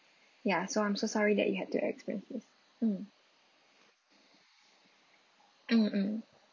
ya so I'm so sorry that you had to experience this mm mm mm